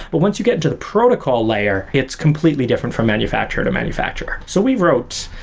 but once you get to the protocol layer, it's completely different from manufacturer to manufacturer. so we wrote,